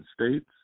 states